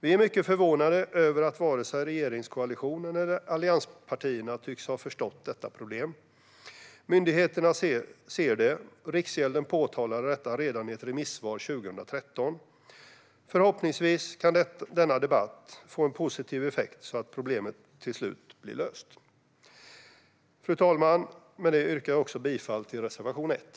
Vi är mycket förvånade över att varken regeringskoalitionen eller allianspartierna tycks ha förstått detta problem. Myndigheterna ser det, och Riksgälden påtalade detta redan i ett remissvar 2013. Förhoppningsvis kan denna debatt få en positiv effekt så att problemet till slut blir löst. Fru talman! Jag yrkar bifall till reservation 1.